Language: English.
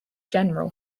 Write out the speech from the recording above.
general